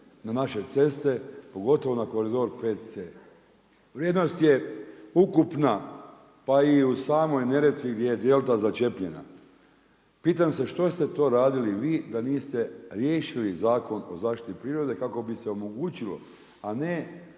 na naše ceste pogotovo na Korido 5C. Vrijednost je ukupna pa i samoj Neretvi gdje je delta začepljena. Pitam se što ste to radili vi da niste riješili Zakon o zaštiti prirode kako bi se omogućilo, a ne